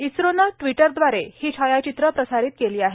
इस्रोनं व्टिटरदवारे ही छायाचित्र प्रसारित केली आहेत